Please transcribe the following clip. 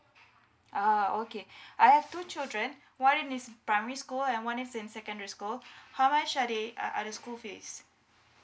uh okay I have two children one is in primary school and one is in secondary school how much are they uh are the school fees